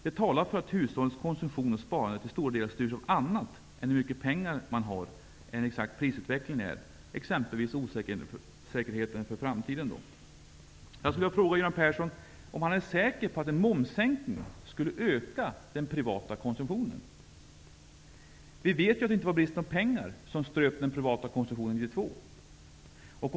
Detta talar för att hushållens konsumtion och sparande till stora delar styrs av annat än av hur mycket pengar de har, t.ex. osäkerheten inför framtiden. Jag skulle vilja fråga Göran Persson om han är säker på att en momssänkning skulle öka den privata konsumtionen. Vi vet ju att det inte var bristen på pengar som ströp den privata konsumtionen 1992.